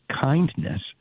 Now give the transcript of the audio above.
kindness